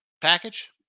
package